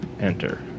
Enter